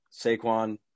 Saquon